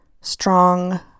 strong